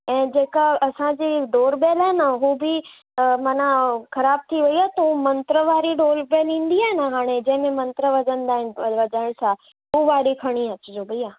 ऐं जेका असांजी डोरबेल आहे न हू बि माना ख़राबु थी वेई आहे त हू मंत्र वारी डोरबेल ईंदी आहे न हाणे जंहिं में मंत्र वॼंदा आहिनि लॻाइण सां हू वारी खणी अचिजो भैया